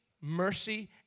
mercy